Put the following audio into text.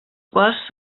quals